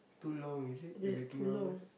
too long is it the waiting hours